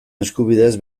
eskubideez